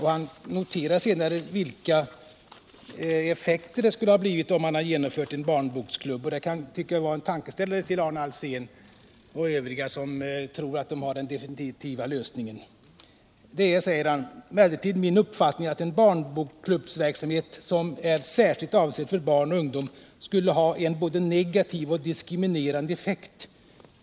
Han noterar senare vilken effekt en barnboksklubb skulle ha fått. Det kan vara en tankeställare för Arne Alsén och övriga som .tror alt de sitter inne med den definitiva lösningen. ”Det är emellertid min uppfattning”. säger utredaren, ”att en bokklubbsverksamhet som är särskilt avsedd för burn och ungdom skulle ha en både negativ och diskriminerande effekt.